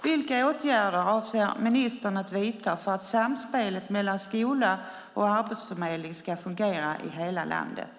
Vilka åtgärder avser ministern att vidta för att samspelet mellan skola och Arbetsförmedlingen ska fungera i hela landet?